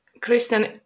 Kristen